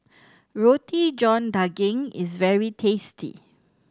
Roti John Daging is very tasty